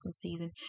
season